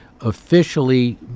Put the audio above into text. officially